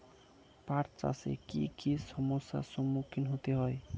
পাঠ চাষে কী কী সমস্যার সম্মুখীন হতে হয়?